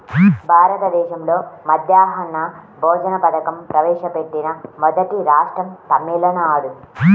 భారతదేశంలో మధ్యాహ్న భోజన పథకం ప్రవేశపెట్టిన మొదటి రాష్ట్రం తమిళనాడు